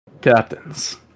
captains